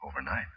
overnight